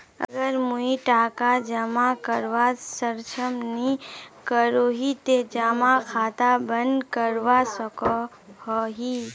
अगर मुई टका जमा करवात सक्षम नी करोही ते जमा खाता बंद करवा सकोहो ही?